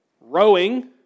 Rowing